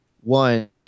One